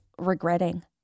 regretting